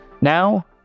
Now